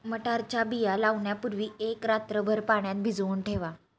मटारच्या बिया लावण्यापूर्वी एक रात्रभर पाण्यात भिजवून ठेवा